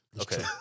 Okay